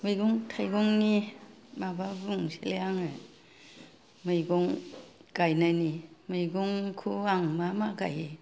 मैगं थाइगंनि माबा बुंसैलाय आङो मैगं गाइनायनि मैगंखौ आं मा मा गाइयो